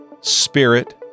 spirit